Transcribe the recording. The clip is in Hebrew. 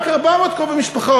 רק 400 קרובי משפחה,